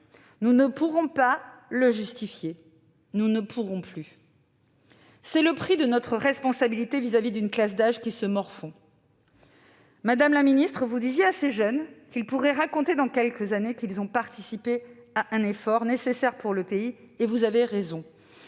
nous ne pourrons pas le justifier, nous le pourrons plus ! Très bien ! C'est le prix de notre responsabilité vis-à-vis d'une classe d'âge qui se morfond. Madame la ministre, vous disiez à ces jeunes qu'ils pourraient raconter, dans quelques années, qu'ils ont participé à un effort nécessaire pour le pays, et vous aviez raison.